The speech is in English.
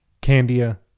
Candia